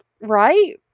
Right